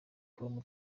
com